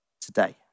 today